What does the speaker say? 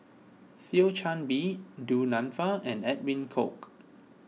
Thio Chan Bee Du Nanfa and Edwin Koek